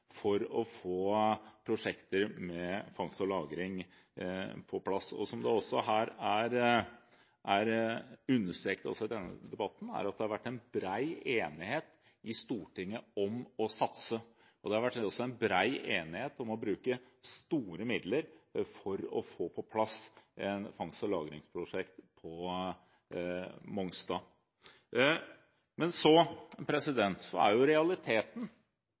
for å få prosjekter med fangst og lagring på plass. Som det også er understreket her i denne debatten, har det vært bred enighet i Stortinget om å satse, og det har også vært bred enighet om å bruke store midler for å få på plass et fangst- og lagringsprosjekt på Mongstad. Men så er realiteten at det vi står tilbake med, er